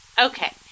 Okay